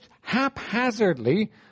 haphazardly